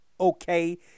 okay